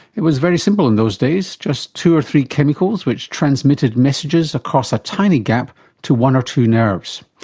it was very simple in those days, just two or three chemicals which transmitted messages across a tiny gap to one or two nerves.